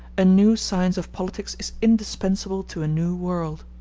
a new science of politics is indispensable to a new world.